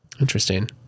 Interesting